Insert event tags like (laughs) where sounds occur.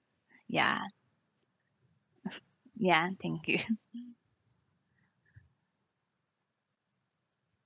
ya ya thank you (laughs)